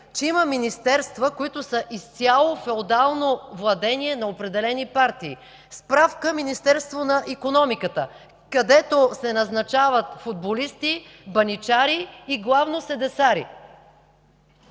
че има министерства, които са изцяло феодално владение на определени партии – справка Министерство на икономиката, където се назначават футболисти, баничари и главно седесари.